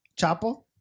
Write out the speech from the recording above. chapo